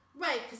Right